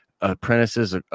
apprentices